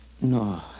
No